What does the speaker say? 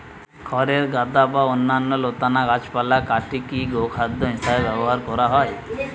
খড়ের গাদা বা অন্যান্য লতানা গাছপালা কাটিকি গোখাদ্য হিসেবে ব্যবহার করা হয়